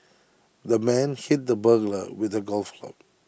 the man hit the burglar with A golf club